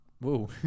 whoa